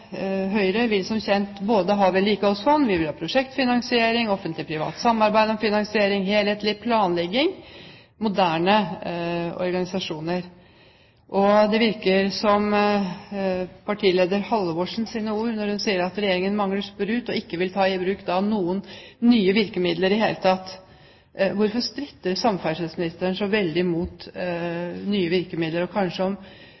moderne organisasjoner. Det virker som om partileder Halvorsen har rett når hun sier at Regjeringen «mangler sprut» og ikke vil ta i bruk noen nye virkemidler i det hele tatt. Hvorfor stritter samferdselsministeren så veldig mot